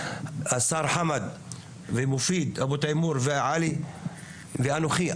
השר חמד ומופיד ועלי ואנוכי.